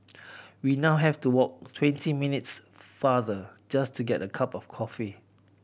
we now have to walk twenty minutes farther just to get a cup of coffee